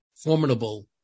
formidable